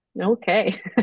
Okay